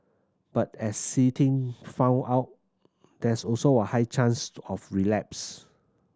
but as See Ting found out there is also a high chance to of relapse